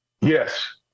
Yes